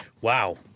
Wow